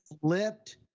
flipped